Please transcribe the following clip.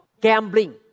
gambling